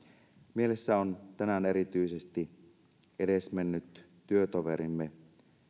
mielessä on tänään erityisesti edesmennyt työtoverimme